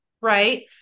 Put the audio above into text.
right